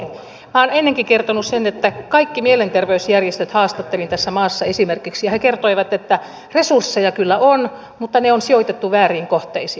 minä olen ennenkin kertonut sen että kaikki mielenterveysjärjestöt haastattelin tässä maassa esimerkiksi ja he kertoivat että resursseja kyllä on mutta ne on sijoitettu vääriin kohteisiin